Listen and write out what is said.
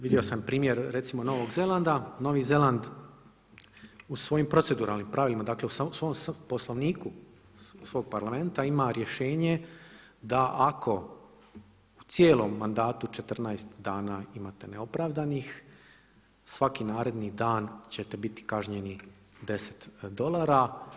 Vidio sam primjer recimo Novog Zelanda, Novi Zeland u svojim proceduralnim pravima, dakle u svom Poslovniku svog Parlamenta ima rješenje da ako u cijelom mandatu 14 dana imate neopravdanih svaki naredni dan ćete biti kažnjeni 10 dolara.